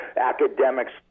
Academics